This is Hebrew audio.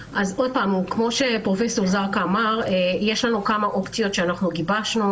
כמו שאמר פרופ' זרקא, יש לנו כמה אופציות שגיבשנו.